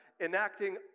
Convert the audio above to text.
enacting